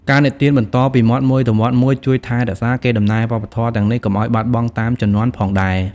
ការនិទានបន្តពីមាត់មួយទៅមាត់មួយ ជួយថែរក្សាកេរដំណែលវប្បធម៌ទាំងនេះ កុំឲ្យបាត់បង់តាមជំនាន់ផងដែរ ។